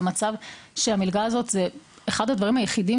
במצב שהמלגה הזו היא אחד הדברים היחידים